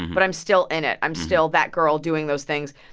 but i'm still in it. i'm still that girl doing those things.